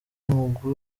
umugwi